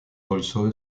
also